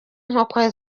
inkoko